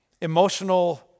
emotional